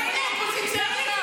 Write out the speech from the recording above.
ואני אופוזיציה עכשיו.